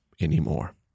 anymore